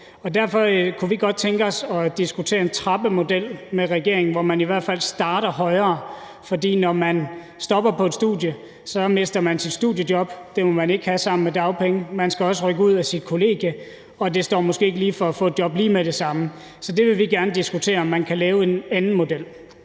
Derfor kunne vi godt tænke os at diskutere en trappemodel med regeringen, hvor man i hvert fald starter højere. For når man stopper på et studie, mister man sit studiejob. Det må man ikke have sammen med dagpenge. Man skal også rykke ud af sit kollegie, og det står måske ikke lige for at få et job lige med det samme. Så det vil vi gerne diskutere om man kan lave en anden model